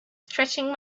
stretching